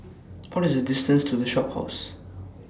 What IS The distance to The Shophouse